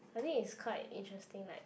I think it's quite interesting like